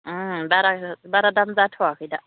ओम बारा दाम जाथ'वाखै दा